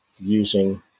using